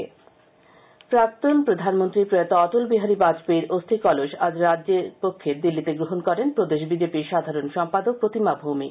BJP প্রাক্তন প্রধানমন্ত্রী প্রয়াত অটল বিহারী বাজপেয়ীর অস্থি কলস আজ রাজ্যের পক্ষে দিল্লীতে গ্রহণ করেন প্রদেশ বিজেপির সাধারণ সম্পাদক প্রতিমা ভৌমিক